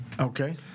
Okay